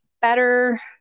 better